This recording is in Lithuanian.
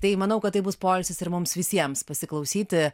tai manau kad tai bus poilsis ir mums visiems pasiklausyti